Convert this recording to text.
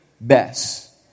best